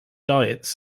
diets